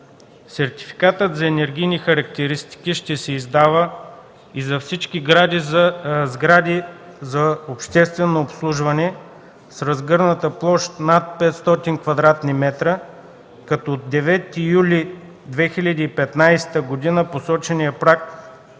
Сертификатът за енергийни характеристики ще се издава и за всички сгради за обществено обслужване с разгърната площ над 500 кв. метра, като от 9 юли 2015 г. посоченият праг